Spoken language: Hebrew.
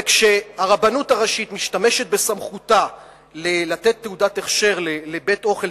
וכשהרבנות הראשית משתמשת בסמכותה לתת תעודת הכשר לבית-אוכל,